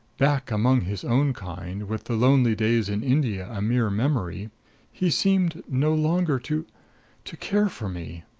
back among his own kind, with the lonely days in india a mere memory he seemed no longer to to care for me.